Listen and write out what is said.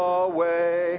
away